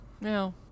no